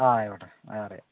ആ ആയിക്കോട്ടേ ഞാൻ പറയാം